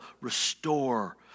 restore